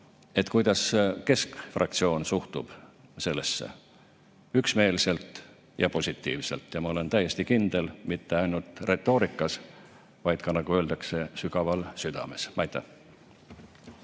et kuidas keskfraktsioon suhtub sellesse? Üksmeelselt ja positiivselt – ma olen täiesti kindel, et mitte ainult retoorikas, vaid ka, nagu öeldakse, sügaval südames. Aitäh!